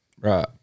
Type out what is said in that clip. Right